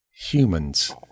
humans